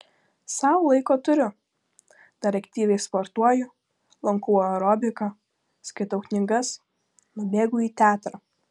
sau laiko turiu dar aktyviai sportuoju lankau aerobiką skaitau knygas nubėgu į teatrą